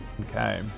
Okay